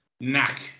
knack